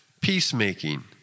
peacemaking